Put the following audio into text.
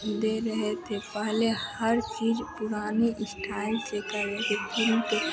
दे रहे थे पहले हर चीज़ पुराने इस्टाइल से कर रहे फिल्म के